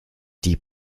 die